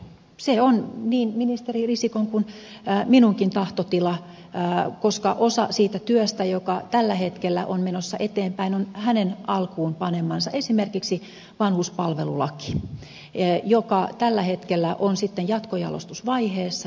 se on niin ministeri risikon kuin minunkin tahtotilani koska osa siitä työstä joka tällä hetkellä on menossa eteenpäin on hänen alkuun panemansa esimerkiksi vanhuspalvelulaki joka tällä hetkellä on jatkojalostusvaiheessa